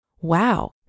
Wow